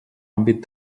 àmbit